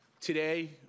Today